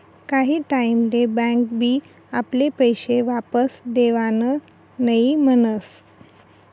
काही टाईम ले बँक बी आपले पैशे वापस देवान नई म्हनस